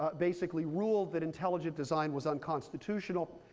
but basically ruled that intelligent design was unconstitutional.